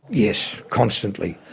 yes, constantly.